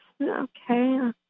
Okay